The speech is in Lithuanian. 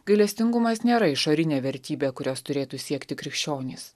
gailestingumas nėra išorinė vertybė kurios turėtų siekti krikščionys